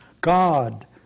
God